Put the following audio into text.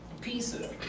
Pizza